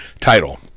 title